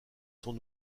son